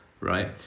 right